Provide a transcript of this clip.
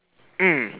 mm